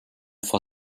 vor